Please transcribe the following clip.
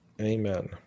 Amen